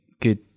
good